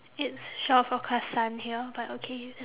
it's shore forecast sun here but okay